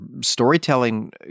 storytelling